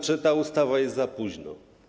Czy ta ustawa jest za późno?